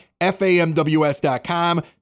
FAMWS.com